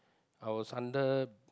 I was under